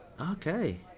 Okay